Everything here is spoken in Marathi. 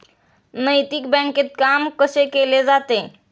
नैतिक बँकेत काम कसे केले जाते?